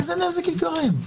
איזה נזק ייגרם?